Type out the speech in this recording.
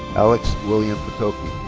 alex william potocki.